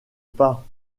pas